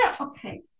Okay